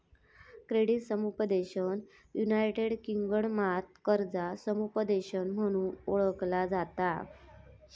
credit समुपदेशन united किंगडमात कर्जा समुपदेशन म्हणून ओळखला जाता